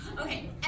Okay